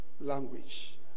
language